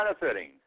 benefiting